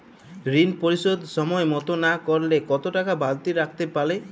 ঋন পরিশোধ সময় মতো না করলে কতো টাকা বারতি লাগতে পারে?